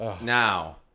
now